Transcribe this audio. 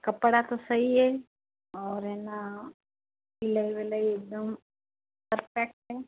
कपड़ा तो सही है और है न सिलाई विलाई एकदम परफेक्ट है